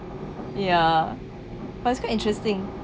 ya but it's quite interesting